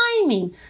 timing